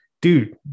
dude